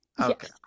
Okay